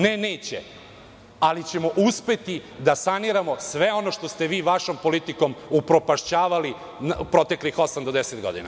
Ne, neće, ali ćemo uspeti da saniramo sve ono što ste vi vašom politikom upropašćavali proteklih osam do deset godina.